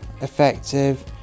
effective